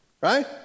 right